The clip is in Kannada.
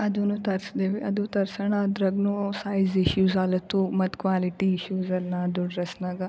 ಅದು ತರಿಸಿದೀವಿ ಅದು ತರ್ಸೋಣ ಅದ್ರಗೂ ಸೈಜ್ ಇಶ್ಯೂಸ್ ಆಲತ್ತು ಮತ್ತು ಕ್ವಾಲಿಟಿ ಇಶ್ಯೂಸ್ ಎಲ್ಲ ಅದು ಡ್ರೆಸ್ನಾಗ